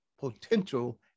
potential